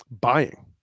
buying